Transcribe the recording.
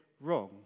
wrong